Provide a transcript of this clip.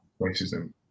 racism